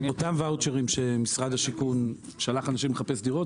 אותם ואוצ'רים שמשרד השיכון שלח אנשים לחפש דירות,